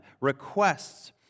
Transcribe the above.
requests